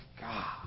God